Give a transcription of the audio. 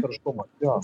užterštumas jo